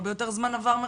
הרבה יותר זמן עבר.